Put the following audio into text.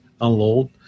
unload